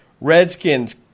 Redskins